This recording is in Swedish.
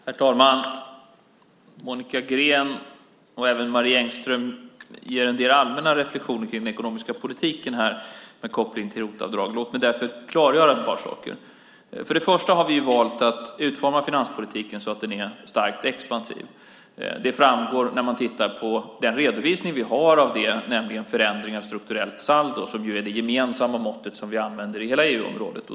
Herr talman! Monica Green och även Marie Engström ger en del allmänna reflexioner kring den ekonomiska politiken med koppling till ROT-avdraget. Låg mig därför klargöra ett par saker. Först och främst har vi valt att utforma finanspolitiken så att den är starkt expansiv. Det framgår när man tittar på den redovisning som vi har av detta, nämligen förändringar av strukturellt saldo som är det gemensamma mått som vi använder i hela EU-området.